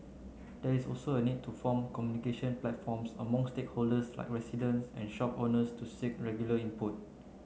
there is also a need to form communication platforms among like residents and shop owners to seek regular input